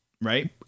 right